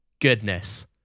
goodness